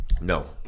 No